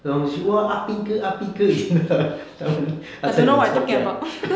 !wah! 阿宾哥阿宾哥以前的的